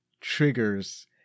triggers